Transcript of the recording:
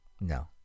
no